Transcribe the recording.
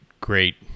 great